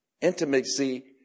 Intimacy